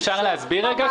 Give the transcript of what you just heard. היושב-ראש, אפשר להסביר רגע?